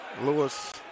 Lewis